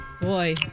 Boy